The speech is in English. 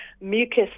mucus